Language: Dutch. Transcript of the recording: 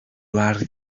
waren